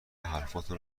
حرفاتو